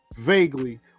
Vaguely